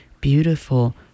beautiful